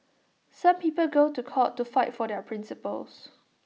some people go to court to fight for their principles